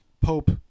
Pope